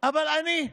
אבל עני.